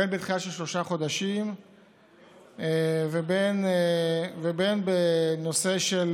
בין בדחייה של שלושה חודשים ובין בנושא של